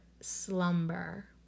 slumber